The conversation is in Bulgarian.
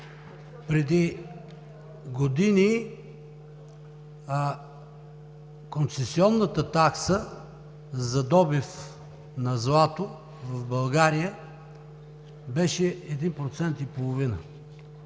Преди години концесионната такса за добив на злато в България беше един